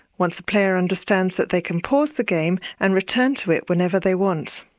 once a player understands that they can pause the game and return to it whenever they want.